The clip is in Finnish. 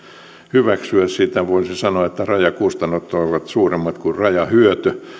hyväksyä voisi sanoa että rajakustannukset ovat suuremmat kuin rajahyöty